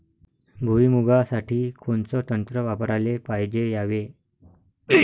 भुइमुगा साठी कोनचं तंत्र वापराले पायजे यावे?